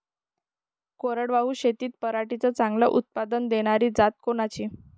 कोरडवाहू शेतीत पराटीचं चांगलं उत्पादन देनारी जात कोनची?